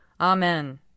Amen